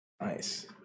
Nice